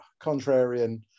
contrarian